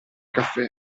caffè